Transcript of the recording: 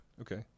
Okay